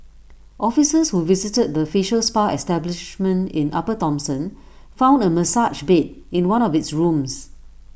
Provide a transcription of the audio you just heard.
officers who visited the facial spa establishment in upper Thomson found A massage bed in one of its rooms